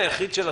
לענות על שאלות.